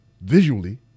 visually